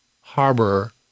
harbor